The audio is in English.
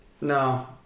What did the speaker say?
No